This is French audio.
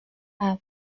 quatre